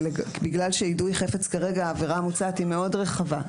כיוון שביידוי חפץ כרגע העבירה המוצעת היא מאוד רחבה.